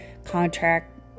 contract